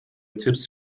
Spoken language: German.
tipps